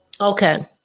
Okay